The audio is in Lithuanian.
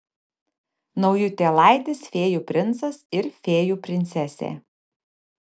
naujutėlaitis fėjų princas ir fėjų princesė